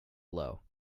blow